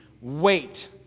wait